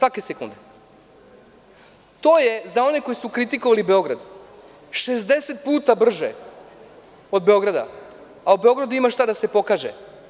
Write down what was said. To je za one koji su kritikovali Beograd 60 puta brže od Beograda, a u Beogradu ima šta da se pokaže.